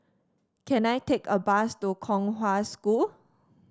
can I take a bus to Kong Hwa School